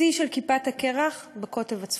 שיא של כיפת הקרח בקוטב הצפוני.